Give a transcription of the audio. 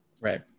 Right